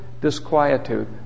disquietude